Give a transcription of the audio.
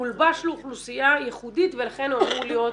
מולבש על אוכלוסייה ייחודית ולכן הוא אמור להיות